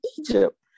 Egypt